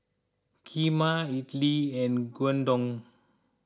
Kheema Idili and Gyudon